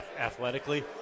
Athletically